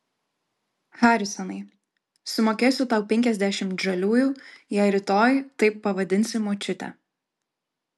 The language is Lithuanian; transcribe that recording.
harisonai sumokėsiu tau penkiasdešimt žaliųjų jei rytoj taip pavadinsi močiutę